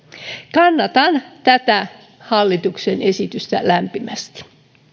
kannatan tätä hallituksen esitystä lämpimästi